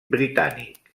britànic